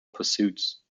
pursuits